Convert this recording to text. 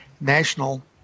national